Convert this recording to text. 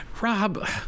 Rob